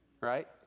right